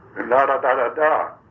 da-da-da-da-da